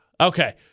Okay